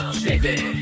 baby